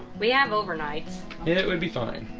we have overnight it would be fine